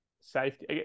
safety